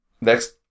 next